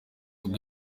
ngo